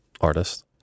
artist